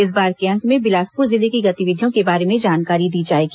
इस बार के अंक में बिलासपुर जिले की गतिविधियों के बारे में जानकारी दी जाएगी